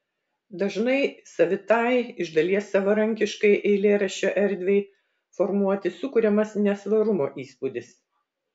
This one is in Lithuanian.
dažnai savitai iš dalies savarankiškai eilėraščio erdvei formuoti sukuriamas nesvarumo įspūdis